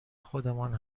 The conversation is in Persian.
خودمان